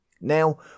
Now